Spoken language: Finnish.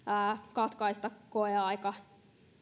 katkaista koeaika